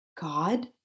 God